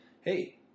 hey